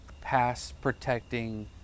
pass-protecting